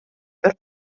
per